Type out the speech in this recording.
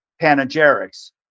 panegyrics